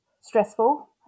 stressful